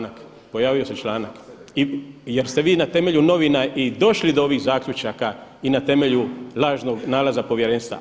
Ne, pojavio se članak jer ste vi na temelju novina i došli do ovih zaključaka i na temelju lažnog nalaza povjerenstva.